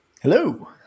Hello